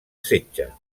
setge